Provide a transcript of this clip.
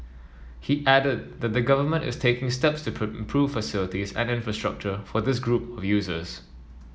he added that the Government is taking steps to improve facilities and infrastructure for this group of users